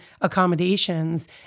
accommodations